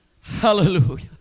Hallelujah